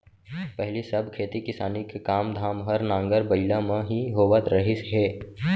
पहिली सब खेती किसानी के काम धाम हर नांगर बइला म ही होवत रहिस हे